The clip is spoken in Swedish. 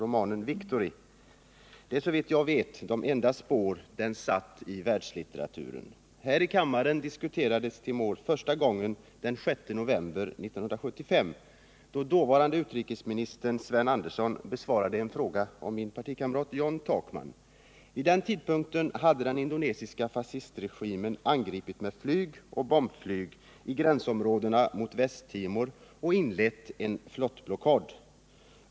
Det är såvitt jag vet det enda spår Timor satt i världslitteraturen. Här i kammaren diskuterades Timor första gången den 6 november 1975, då dåvarande utrikesministern Sven Andersson besvarade en fråga av min partikamrat John Takman. Vid den tidpunkten hade den indonesiska fascistregimen med artilleri och bombflyg angripit gränsområdet mot Västra Timor och inlett en flottblockad.